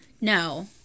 No